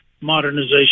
modernization